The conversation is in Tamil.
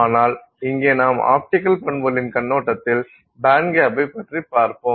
ஆனால் இங்கே நாம் ஆப்டிக்கல் பண்புகளின் கண்ணோட்டத்தில் பேண்ட்கேப்பைப் பற்றி பார்ப்போம்